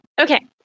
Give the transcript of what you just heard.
Okay